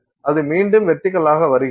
அது மீண்டும் வெர்டிகலாக வருகிறது